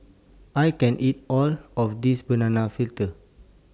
I can't eat All of This Banana Fritters